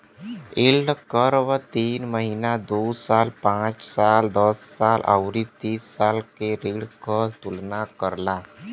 yield curve तीन महीना, दो साल, पांच साल, दस साल आउर तीस साल के ऋण क तुलना करला